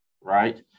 right